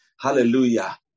Hallelujah